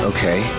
Okay